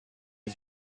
این